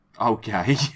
Okay